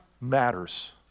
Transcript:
matters